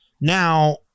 now